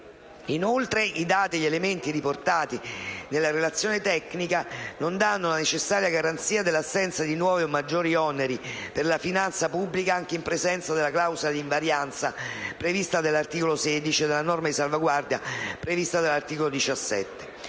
Inoltre, i dati e gli elementi riportati nella relazione tecnica non danno la necessaria garanzia dell'assenza di nuovi o maggiori oneri per la finanza pubblica, anche in presenza della clausola di invarianza prevista dall'articolo 16 e della norma di salvaguardia prevista dall'articolo 17.